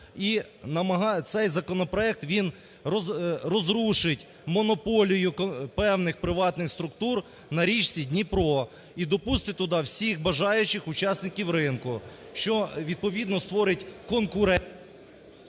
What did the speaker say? І цей законопроект, він розрушить монополію певних приватних структур на річні Дніпро і допустить туди всіх бажаючих учасників ринку, що відповідно створить конкуренцію…